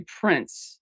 prince